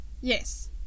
Yes